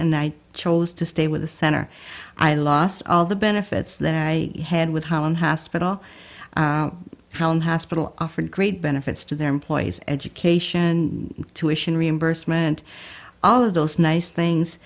and i chose to stay with the center i lost all the benefits that i had with holland hospital hospital offered great benefits to their employees education tuition reimbursement all of those nice things